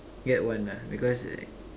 get one ah because like